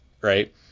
right